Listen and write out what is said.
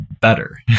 better